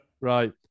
Right